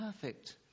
perfect